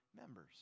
members